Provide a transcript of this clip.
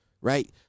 right